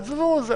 עיזבו.